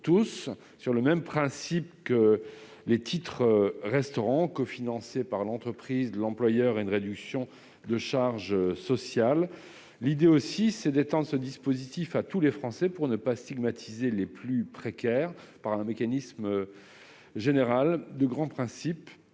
tous », sur le même principe que le titre-restaurant, cofinancé par l'entreprise, l'employeur bénéficiant d'une réduction de charges sociales. L'idée est aussi d'étendre ce dispositif à tous les Français pour ne pas stigmatiser les plus précaires. Un mécanisme général de grands principes